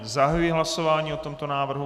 Zahajuji hlasování o tomto návrhu.